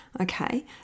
okay